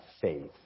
faith